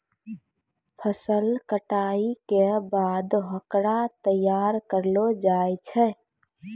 फसल कटाई के बाद होकरा तैयार करलो जाय छै